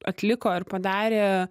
atliko ir padarė